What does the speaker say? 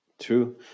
True